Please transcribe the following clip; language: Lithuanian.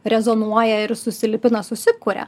rezonuoja ir susilipina susikuria